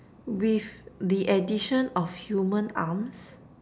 with the addition of human arms